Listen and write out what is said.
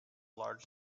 large